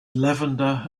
lavender